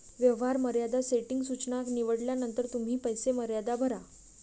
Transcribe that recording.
व्यवहार मर्यादा सेटिंग सूचना निवडल्यानंतर तुम्ही पैसे मर्यादा भरा